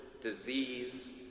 disease